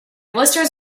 blisters